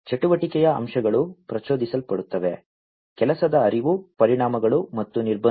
ಚಟುವಟಿಕೆಯ ಅಂಶಗಳು ಪ್ರಚೋದಿಸಲ್ಪಡುತ್ತವೆ ಕೆಲಸದ ಹರಿವು ಪರಿಣಾಮಗಳು ಮತ್ತು ನಿರ್ಬಂಧಗಳು